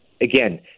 again